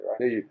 right